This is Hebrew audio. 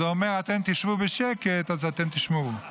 הוא אמר: אתם תשבו בשקט אז תשמעו.